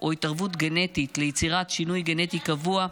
או התערבות גנטית ליצירת שינוי גנטי קבוע,